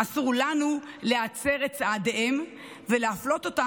אסור לנו להצר את צעדיהם ולהפלות אותם